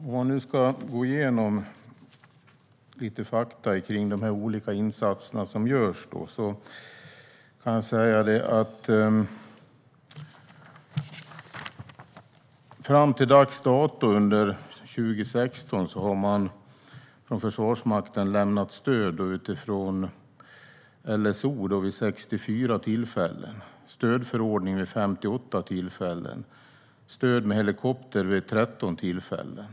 Om jag ska gå igenom lite fakta om de olika insatser som görs kan jag säga att Försvarsmakten till dags dato under 2016 har lämnat stöd utifrån LSO vid 64 tillfällen, utifrån stödförordningen vid 58 tillfällen och stöd med helikopter vid 13 tillfällen.